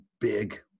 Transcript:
big